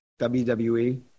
WWE